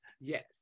Yes